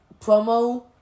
promo